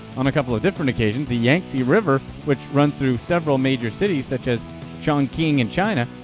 on a couple of different occasions, the yangtze river, which runs through several major cities such as chongqing in china,